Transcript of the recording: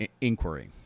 inquiry